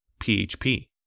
PHP